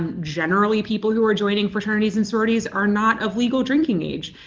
and generally people who are joining fraternities and sororities are not of legal drinking age.